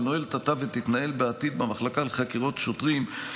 מנוהלת עתה ותתנהל בעתיד במחלקה לחקירת שוטרים,